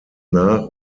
nach